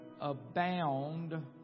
abound